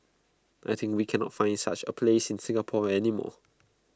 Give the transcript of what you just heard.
I think we cannot find such A place in Singapore any more